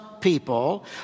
people